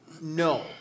No